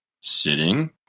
sitting